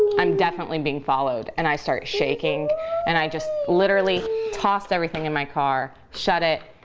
um i'm definitely being followed, and i started shaking and i just literally tossed everything in my car, shut it,